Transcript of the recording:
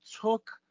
took